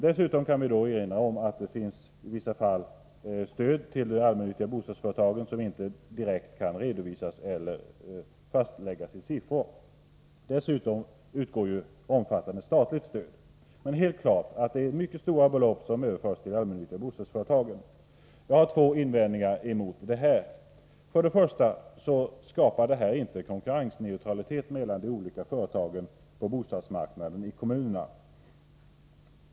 Dessutom kan vi erinra om att det i vissa fall förekommer stöd till de allmännyttiga bostadsföretagen som inte direkt kan redovisas eller fastläggas isiffror. Dessutom utgår ett omfattande statligt stöd. Det är helt klart att det är mycket stora belopp som överförs till de allmännyttiga bostadsföretagen. Jag har två invändningar att göra. För det första skapar detta system inte konkurrensneutralitet mellan de olika företagen på bostadsmarknaden i kommunerna.